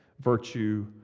virtue